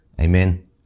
Amen